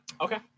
Okay